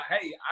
hey